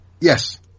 Yes